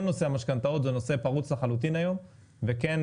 כל נושא המשכנתאות זה נושא פרוץ לחלוטין היום וכן